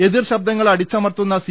എതിർ ശബ്ദങ്ങളെ അടിച്ചമർത്തു ന്ന സി